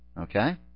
Okay